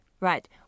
right